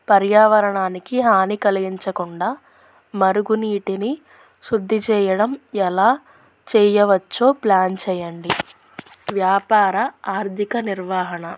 పర్యావరణానికి హాని కలిగించకుండా మరుగు నీటిని శుద్ధి చేయడం ఎలా చెయ్యవచ్చో ప్లాన్ చెయ్యండి వ్యాపార ఆర్థిక నిర్వాహణ